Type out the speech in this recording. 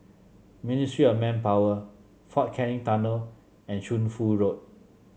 Ministry of Manpower Fort Canning Tunnel and Shunfu Road